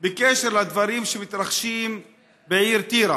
בקשר לדברים שמתרחשים בעיר טירה.